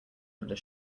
under